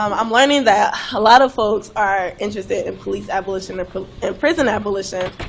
um i'm learning that a lot of folks are interested in police abolition and prison abolition,